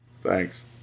Thanks